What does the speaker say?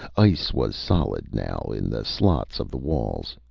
ice was solid now in the slots of the walls.